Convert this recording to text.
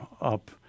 up